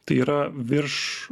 tai yra virš